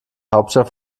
hauptstadt